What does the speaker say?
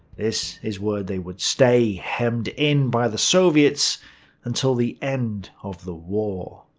this is where they would stay hemmed in by the soviets until the end of the war.